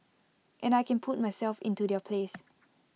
and I can put myself into their place